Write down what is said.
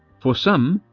for some,